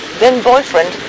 then-boyfriend